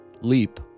leap